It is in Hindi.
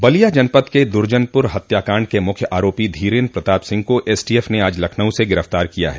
बलिया जनपद के दुर्जनपुर हत्याकाण्ड के मुख्य आरोपी धीरेन्द्र प्रताप सिंह को एसटीएफ ने आज लखनऊ से गिरफ्तार किया है